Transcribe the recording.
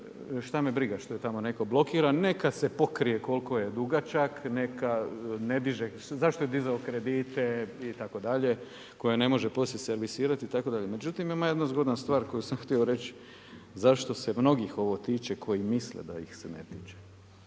šta me briga što je tamo netko blokiran, neka se pokrije koliko je dugačak, neka ne diže, zašto je dizao kredite, itd. koje ne može poslije servisirati itd. Međutim, ima jedna zgodna stvar koju sam htio reći zašto se mnogih ovo tiče koji misle da ih se ne tiče.